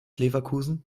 leverkusen